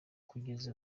kugeza